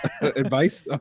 advice